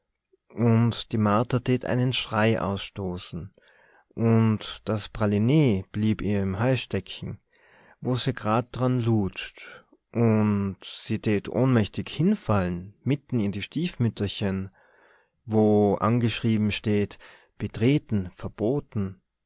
und die martha tät einen schrei ausstoßen und das pralinee blieb ihr im hals stecken wo se grad dran lutscht und se tät ohnmächtig hinfallen mitten in die stiefmütterchen wo angeschrieben steht betreten verboten